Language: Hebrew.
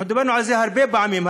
דיברנו על זה הרבה פעמים.